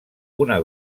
una